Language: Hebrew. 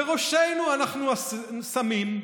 בראשנו אנחנו שמים,